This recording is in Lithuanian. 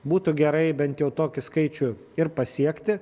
būtų gerai bent jau tokį skaičių ir pasiekti